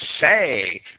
say